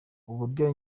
uburyo